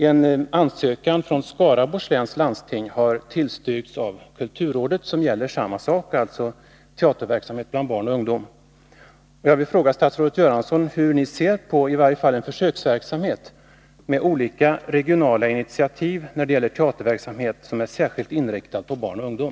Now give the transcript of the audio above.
En ansökan från Skaraborgs läns landsting som gäller samma sak, alltså teaterverksamhet bland barn och ungdom, har tillstyrkts av kulturrådet.